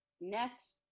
next